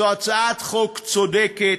זו הצעת חוק צודקת,